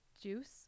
juice